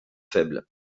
faible